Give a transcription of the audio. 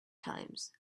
times